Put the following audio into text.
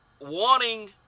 wanting